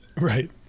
Right